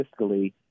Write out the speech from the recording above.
fiscally